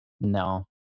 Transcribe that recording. No